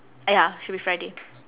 ah ya should be friday